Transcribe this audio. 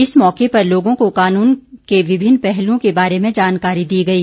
इस मौके पर लोगों को कानून के विभिन्न पहलूओं के बारे में जानकारी दी गई